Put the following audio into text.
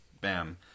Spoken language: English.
bam